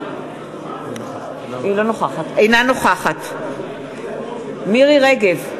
אינה נוכחת מירי רגב,